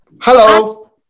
hello